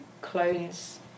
clones